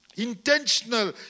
intentional